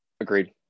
Agreed